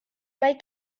mae